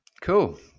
Cool